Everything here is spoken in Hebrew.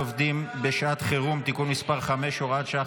עובדים בשעת חירום (תיקון מס' 5 והוראת שעה,